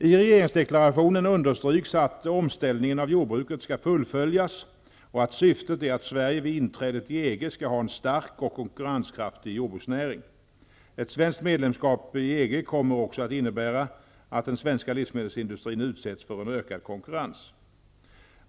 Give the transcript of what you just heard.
I regeringsdeklarationen understryks att omställningen av jordbruket skall fullföljas och att syftet är att Sverige vid inträdet i EG skall ha en stark och konkurrenskraftig jordbruksnäring. Ett svenskt medlemskap i EG kommer också att innebära att den svenska livsmedelsindustrin utsätts för ökad konkurrens.